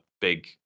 big